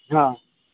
हाँ